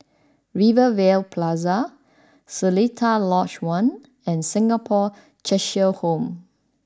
Rivervale Plaza Seletar Lodge One and Singapore Cheshire Home